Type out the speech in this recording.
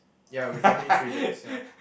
ya with only three legs ya